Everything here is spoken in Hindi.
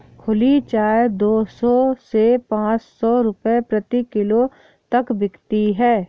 खुली चाय दो सौ से पांच सौ रूपये प्रति किलो तक बिकती है